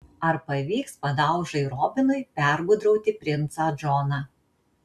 ar pavyks padaužai robinui pergudrauti princą džoną